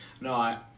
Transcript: No